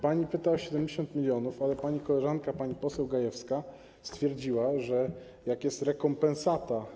Pani pyta o 70 mln, ale pani koleżanka, pani poseł Gajewska, stwierdziła, że jak jest rekompensata.